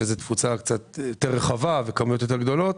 שזה תפוצה קצת יותר רחבה וכמויות יותר גדולות.